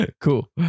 Cool